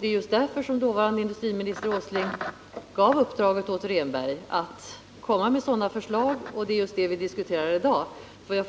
Det var därför industriminister Åsling gav uppdraget åt Rehnberg att komma med sådana förslag, och det är det vi diskuterar i dag. Det